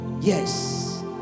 Yes